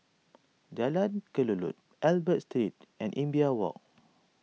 Jalan Kelulut Albert Street and Imbiah Walk